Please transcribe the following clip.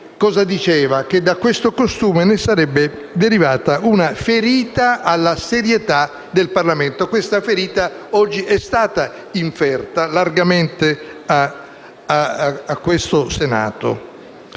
Ruini diceva che da questo costume ne sarebbe derivata una ferita alla serietà del Parlamento. Questa ferita oggi è stata inferta largamente a questo Senato.